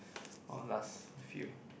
oh last few